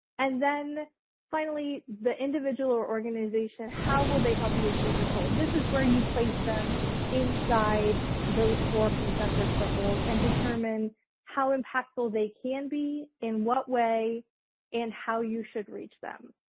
and then finally, the individual or organization, how will they help you achieve your goal? this is where you place them inside those four concentric circles and determine how impactful they can be, in what way and how you should reach them.